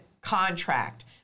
contract